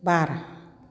बार